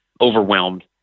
overwhelmed